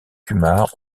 kumar